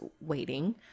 waiting